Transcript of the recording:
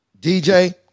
DJ